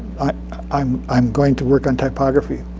i'm i'm going to work on typography.